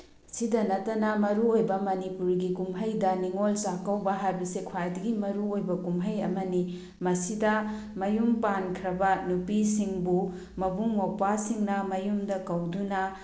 ꯁꯤꯗ ꯅꯠꯇꯕ ꯃꯔꯨꯑꯣꯏꯕ ꯃꯅꯤꯄꯨꯔꯤꯒꯤ ꯀꯨꯝꯍꯩꯗ ꯅꯤꯡꯉꯣꯜ ꯆꯥꯛꯀꯧꯕ ꯍꯥꯏꯕꯁꯦ ꯈ꯭ꯋꯥꯏꯗꯒꯤ ꯃꯔꯨꯑꯣꯏꯕ ꯀꯨꯝꯍꯩ ꯑꯃꯅꯤ ꯃꯁꯤꯗ ꯃꯌꯨꯝ ꯄꯥꯟꯈ꯭ꯔꯕ ꯅꯨꯄꯤꯁꯤꯡꯕꯨ ꯃꯕꯨꯡ ꯃꯧꯄ꯭ꯋꯥꯁꯤꯡꯅ ꯃꯌꯨꯝꯗ ꯀꯧꯗꯨꯅ